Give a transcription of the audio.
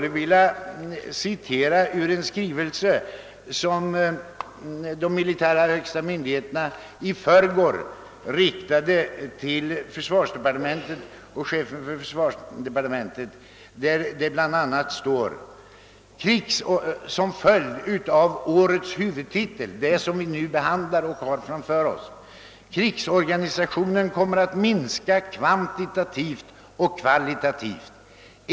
Jag vill också citera ett stycke ur en skrivelse som de högsta militära myndigheterna i förrgår avsände till chefen för försvarsdepartementet och i vilken det om den försvarshuvudtitel som vi nu behandlar bl.a. står följande: »Krigsorganisationen kommer att minska kvantitativt och kvalitativt.